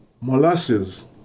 molasses